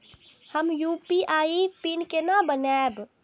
हम अपन UPI pin केना बनैब?